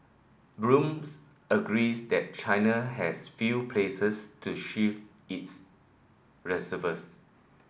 blooms agrees that China has few places to shift its reserves